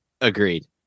Agreed